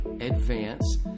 ADVANCE